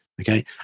Okay